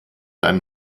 ein